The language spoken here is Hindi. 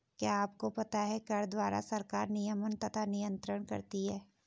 क्या आपको पता है कर द्वारा सरकार नियमन तथा नियन्त्रण करती है?